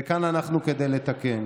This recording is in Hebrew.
וכאן אנחנו כדי לתקן.